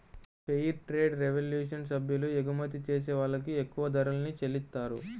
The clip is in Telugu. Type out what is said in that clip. ఫెయిర్ ట్రేడ్ రెవల్యూషన్ సభ్యులు ఎగుమతి చేసే వాళ్ళకి ఎక్కువ ధరల్ని చెల్లిత్తారు